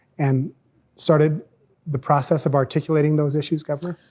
and started the process, of articulating those issues, governor?